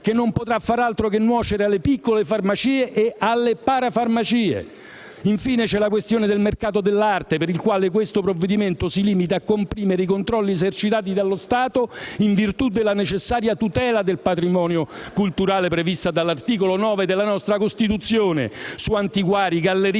che non potrà far altro che nuocere alle piccole farmacie e alle parafarmacie. Infine c'è la questione del mercato dell'arte, per il quale questo provvedimento si limita a comprimere i controlli esercitati dallo Stato in virtù della necessaria tutela del patrimonio culturale, prevista dall'articolo 9 della Costituzione, su antiquari, galleristi